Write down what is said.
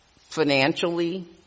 financially